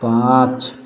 पाँच